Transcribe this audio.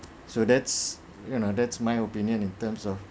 so that's you know that's my opinion in terms of